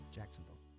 Jacksonville